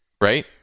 right